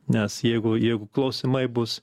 nes jeigu jeigu klausimai bus